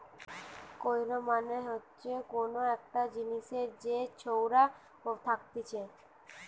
কৈর মানে হচ্ছে কোন একটা জিনিসের যে ছোবড়া থাকতিছে